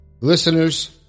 listeners